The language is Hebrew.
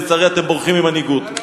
ולצערי אתם בורחים ממנהיגות.